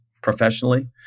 Professionally